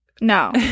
no